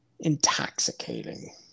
Intoxicating